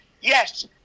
Yes